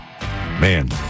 Man